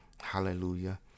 Hallelujah